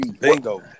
Bingo